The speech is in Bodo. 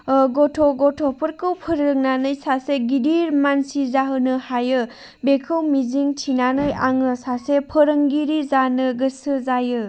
गथ' गथ'फोरखौ फोरोंनानै सासे गिदिर मानसि जाहोनो हायो बेखौ मिजिं थिनानै आङो सासे फोरोंगिरि जानो गोसो जायो